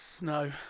No